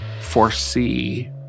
foresee